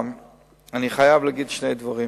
אני חייב להגיד שני דברים.